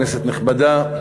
כנסת נכבדה,